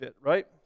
right